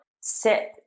sit